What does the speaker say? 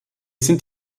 sind